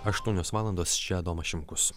aštuonios valandos čia adomas šimkus